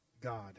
God